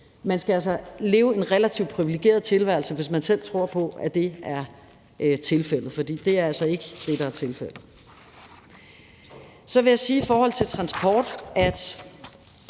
Man skal altså leve en relativt privilegeret tilværelse, hvis man selv tror på, at det er tilfældet, for det er altså ikke det, der er tilfældet. Så vil jeg sige i forhold til transport, at